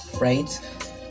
right